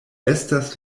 estas